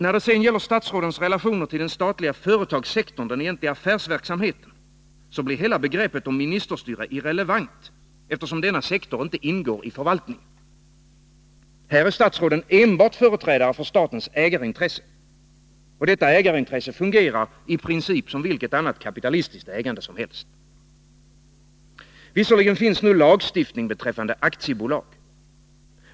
När det sedan gäller statsrådens relationer till den statliga företagssektorn, den egentliga affärsverksamheten, blir hela begreppet om ministerstyre irrelevant, eftersom denna sektor inte ingår i förvaltningen. Här är statsråden enbart företrädare för statens ägarintresse. Detta ägarintresse fungerar i princip som vilket annat kapitalistiskt ägande som helst. Visserligen finns lagstiftning beträffande aktiebolag.